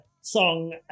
song